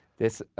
this, it,